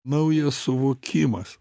naujas suvokimas